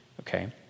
Okay